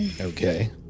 Okay